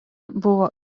buvo